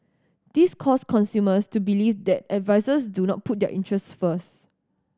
this caused consumers to believe that advisers do not put their interest first